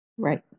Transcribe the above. Right